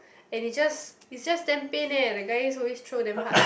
and it just it just damn pain eh the guys always throw damn hard